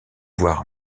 voir